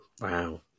Wow